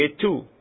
two